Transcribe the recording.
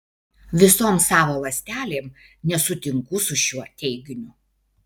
visom savo ląstelėm nesutinku su šiuo teiginiu